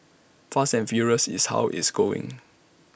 fast and furious is how is going